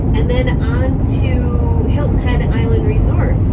and then on to hilton head and island resort.